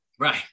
Right